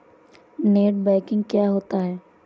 Net banking क्या होता है?